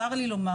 15% זה לא טיפה.